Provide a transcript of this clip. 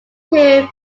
two